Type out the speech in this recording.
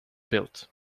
built